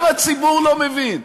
גם הציבור לא מבין.